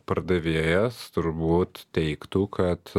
pardavėjas turbūt teigtų kad